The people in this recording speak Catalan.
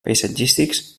paisatgístics